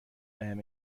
بهم